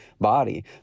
body